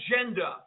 agenda